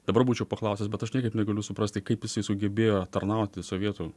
dabar būčiau paklausęs bet aš niekaip negaliu suprasti kaip jisai sugebėjo tarnauti sovietų